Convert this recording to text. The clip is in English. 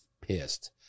pissed